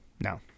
No